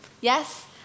Yes